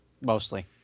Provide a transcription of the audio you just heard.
Mostly